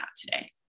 today